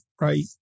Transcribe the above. right